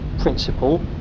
principle